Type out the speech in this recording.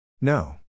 No